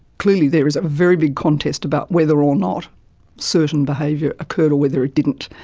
clearly there is a very big contest about whether or not certain behaviour occurred or whether it didn't.